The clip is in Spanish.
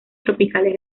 tropicales